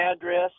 address